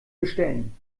bestellen